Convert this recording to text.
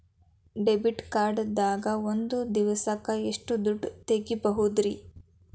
Debit card ದಾಗ ಒಂದ್ ದಿವಸಕ್ಕ ಎಷ್ಟು ದುಡ್ಡ ತೆಗಿಬಹುದ್ರಿ?